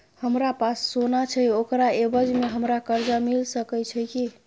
हमरा पास सोना छै ओकरा एवज में हमरा कर्जा मिल सके छै की?